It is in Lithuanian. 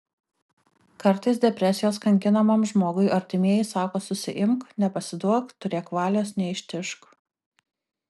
kartais depresijos kankinamam žmogui artimieji sako susiimk nepasiduok turėk valios neištižk